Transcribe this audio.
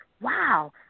wow